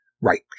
Right